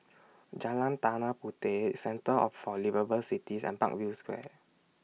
Jalan Tanah Puteh Centre of For Liveable Cities and Parkview Square